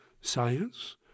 science